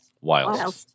Wild